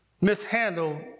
mishandled